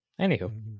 Anywho